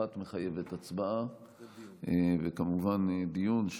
מחייבת הצבעה וכמובן דיון,